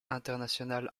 international